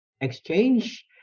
exchange